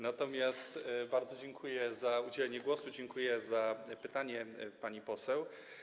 Natomiast bardzo dziękuję za udzielenie głosu, dziękuję za pytanie pani poseł.